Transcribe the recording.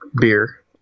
beer